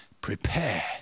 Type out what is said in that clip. Prepare